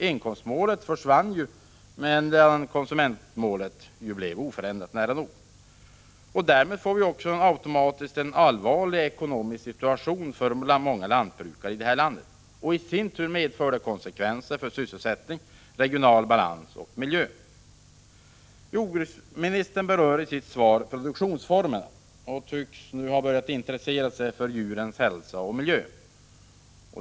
Inkomstmålet försvann ju, medan konsumentmålet nära nog blev oförändrat. Därmed får vi automatiskt en allvarlig ekonomisk situation bland många lantbrukare här i landet, och den medför i sin tur konsekvenser för sysselsättningen, regional balans och miljö. Jordbruksministern berör i sitt svar produktionsformerna och tycks nu ha börjat intressera sig för djurens hälsa och miljö.